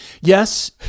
yes